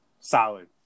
solid